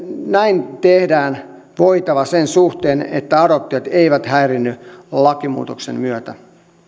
näin tehdään voitava sen suhteen että adoptiot eivät häiriinny lakimuutoksen myötä